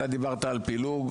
אתה דיברת על פילוג,